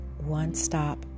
one-stop